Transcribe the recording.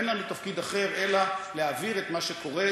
אין לנו תפקיד אחר אלא להעביר את מה שקורה